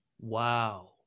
Wow